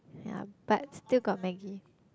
yea but still got Maggi